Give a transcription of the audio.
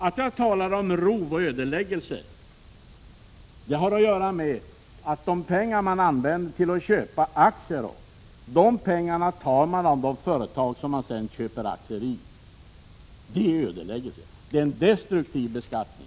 Att jag talar om rov och ödeläggelse har att göra med att de pengar man använt för att köpa aktier är de pengar man har tagit av de företag som man sedan köpt aktier i. Det är ödeläggelse. Det är en destruktiv beskattning.